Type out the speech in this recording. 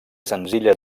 senzilla